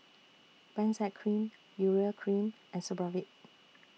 Benzac Cream Urea Cream and Supravit